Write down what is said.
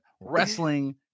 wrestling